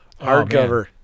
hardcover